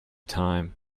time